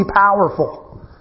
powerful